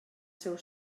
seu